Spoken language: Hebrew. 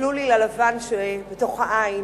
תסתכלו לי ללבן שבתוך העין